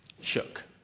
shook